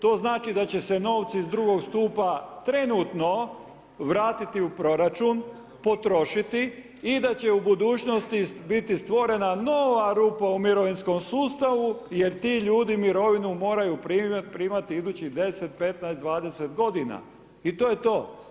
To znači da će se novci iz II. stupa trenutno vratiti u proračun, potrošiti i da će u budućnosti biti stvorena nova rupa u mirovinskom sustavu jer ti ljudi mirovinu moraju primati idućih 10, 15, 20 godina i to je to.